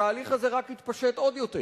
התהליך הזה רק התפשט עוד יותר,